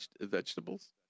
vegetables